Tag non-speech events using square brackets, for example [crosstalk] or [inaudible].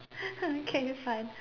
[laughs] okay you fun